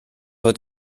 fod